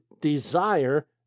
desire